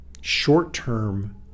short-term